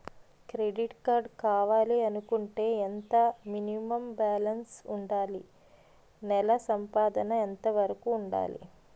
Credit card కావాలి అనుకుంటే ఎంత మినిమం బాలన్స్ వుందాలి? నెల సంపాదన ఎంతవరకు వుండాలి?